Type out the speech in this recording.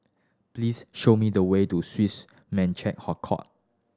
please show me the way to Swiss Merchant